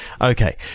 Okay